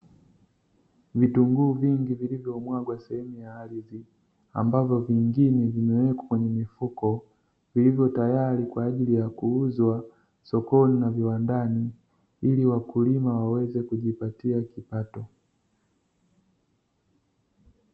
Vitunguu vingi vilivyomwagwa sehemu ya ardhi, ambavyo vingine vimewekwa kwenye mifuko, vilivyo tayari kwa ajili ya kuuzwa sokoni na viwandani ili wakulima waweze kujipatia kipato.